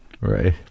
Right